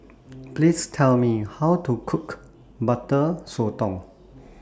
Please Tell Me How to Cook Butter Sotong